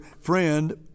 friend